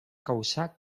causà